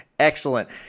Excellent